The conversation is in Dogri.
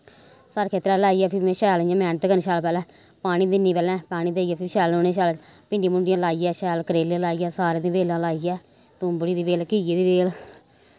सारे खेत्तरें च लाइयै फ्ही में शैल इ'यां मैह्नत कन्नै शैल पैह्लें पानी दिन्नी पैह्लें पानी देइयै फ्ही शैल उ'नें शैल भिंडियां भुंडियां लाइयै शैल करेले लाइयै सारें दी बेलां लाइयै तूम्बड़ी दी बेल घिये दी बेल